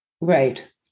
Right